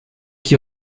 qui